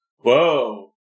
Whoa